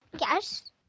Yes